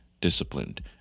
disciplined